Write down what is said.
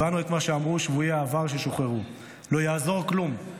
הבנו את מה שאמרו שבויי העבר ששוחררו: לא יעזור כלום,